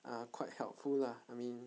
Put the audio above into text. are quite helpful lah I mean